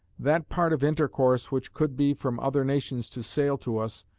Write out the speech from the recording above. that part of intercourse which could be from other nations to sail to us,